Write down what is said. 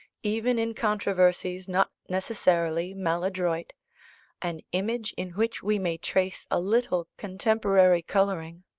even in controversies not necessarily maladroit an image in which we may trace a little contemporary colouring.